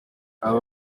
aba